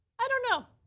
i don't know,